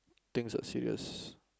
things are serious